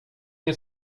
nie